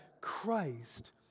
Christ